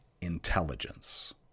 intelligence